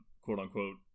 quote-unquote